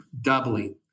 doubling